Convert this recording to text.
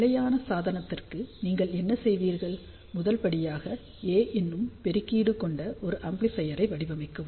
நிலையான சாதனத்திற்கு நீங்கள் என்ன செய்வீர்கள் முதல் படியாக A என்னும் பெருக்கீடு கொண்ட ஒரு ஆம்ப்ளிபையரை வடிவமைக்கவும்